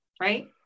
right